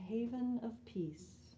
haven of peace